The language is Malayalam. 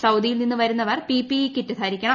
സൌദിയിൽ നിന്ന് വരുന്നവർ പിപിഇ കിറ്റ് ധരിക്കണം